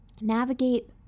navigate